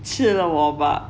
吃了我吧